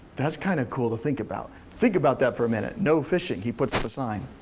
that's kinda cool to think about. think about that for a minute. no fishing, he puts up a sign.